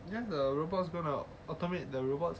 just the robots going to automate the robots